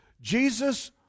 Jesus